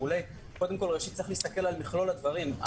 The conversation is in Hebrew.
קודם כול צריך להסתכל על מכלול הדברים.